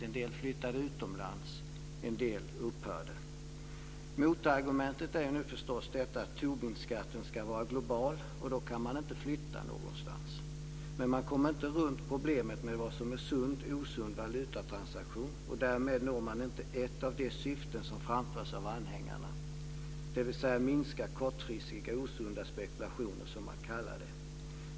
En del flyttade utomlands, och en del upphörde. Motargumentet är förstås att Tobinskatten ska vara global, och då kan man inte flytta någonstans. Men man kommer inte runt problemet med vad som är sund eller osund valutatransaktion, och därmed når man inte ett av de syften som framförs av anhängarna - nämligen minskade kortfristiga osunda spekulationer, som man kallar det.